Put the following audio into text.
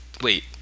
Wait